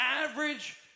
average